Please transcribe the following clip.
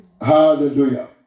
Hallelujah